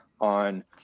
on